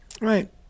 right